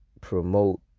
promote